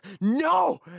NO